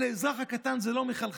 אבל אל האזרח הקטן זה לא מחלחל.